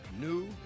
new